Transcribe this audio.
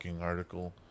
article